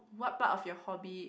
what part of your hobby